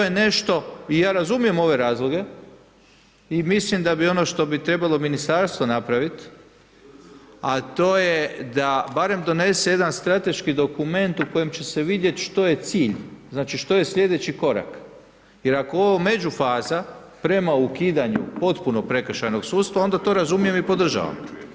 I to je nešto, i ja razumijem ove razloge i mislim da bi ono što bi trebalo ministarstvo napraviti, a to je da barem donese jedan strateški dokument u kojem će se vidjeti što je cilj, znači što je slijedeći korak jer ako je ovo međufaza prema ukidanju potpuno prekršajnog sudstva, onda to razumijem i podržavam.